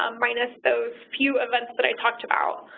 um minus those few events that i talked about.